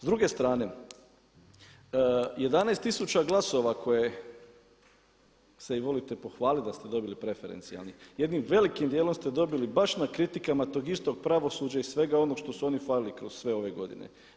S druge strane, 11000 glasova koje se i volite pohvaliti da ste dobili preferencijalni, jednim velikim dijelom ste dobili baš na kritikama tog istog pravosuđa i svega onog što su oni falili kroz sve ove godine.